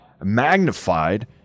magnified